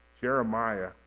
Jeremiah